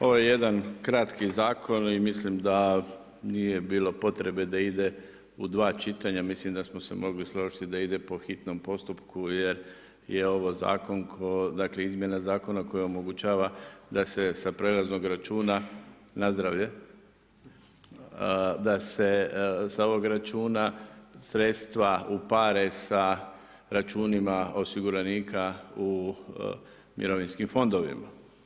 Ovo je jedan kratki zakon i mislim da nije bilo potrebe da ide u 2 čitanja, mislim da smo se mogli složiti da ide po hitnom postupku, jer je ovo zakon, izmjena zakona koja omogućava da se sa prelaznog računa da se s ovog računa sredstva upare sa računima osiguranika u mirovinskim fondovima.